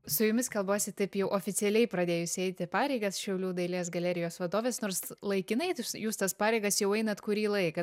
su jumis kalbuosi taip jau oficialiai pradėjus eiti pareigas šiaulių dailės galerijos vadovės nors laikinai jūs tas pareigas jau einat kurį laiką